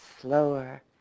slower